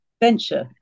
venture